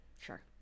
Sure